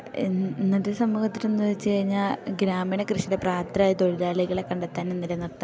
ഇന്നത്തെ സമൂഹത്തിലെന്നു വെച്ചു കഴിഞ്ഞാൽ ഗ്രാമീണ കൃഷിയുടെ പ്രാപ്തരായ തൊഴിലാളികളെ കണ്ടെത്താനും നിലനിർത്താനുള്ള